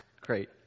Great